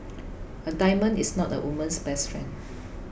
a diamond is not a woman's best friend